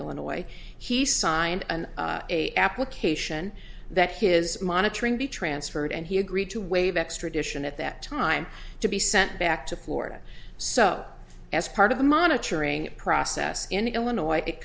illinois he signed an application that his monitoring be transferred and he agreed to waive extradition at that time to be sent back to florida so as part of the monitoring process in illinois it